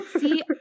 see